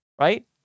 right